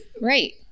Right